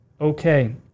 Okay